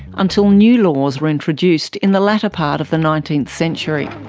until new laws were introduced in the latter part of the nineteenth century.